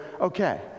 Okay